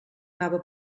anava